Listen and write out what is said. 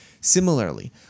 Similarly